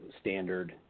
standard